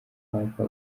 papa